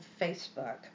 Facebook